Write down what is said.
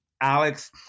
Alex